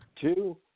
Two